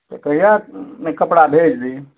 तऽ कहिआ नहि कपड़ा भेज दी